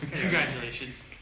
Congratulations